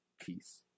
peace